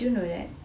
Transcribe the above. do you know that